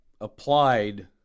applied